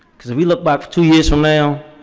because we look back two years from now,